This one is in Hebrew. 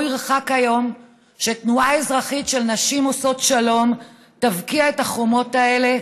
לא ירחק היום שתנועה אזרחית של נשים עושות שלום תבקיע את החומות האלה